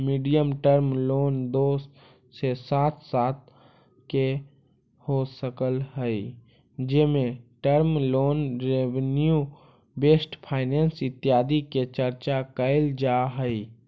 medium term loan दो से सात साल के हो सकऽ हई जेमें term loan revenue best finance इत्यादि के चर्चा कैल जा हई